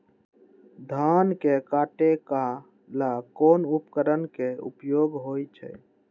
धान के काटे का ला कोंन उपकरण के उपयोग होइ छइ?